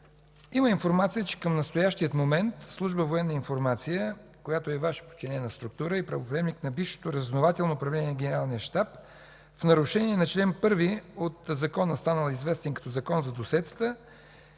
има информация, че към настоящия момент Служба „Военна информация“, която е Ваша подчинена структура и правоприемник на бившето Разузнавателно управление на Генералния щаб, в нарушение на чл. 1 от Закона, станал известен като Закон за досиетата,